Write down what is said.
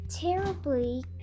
terribly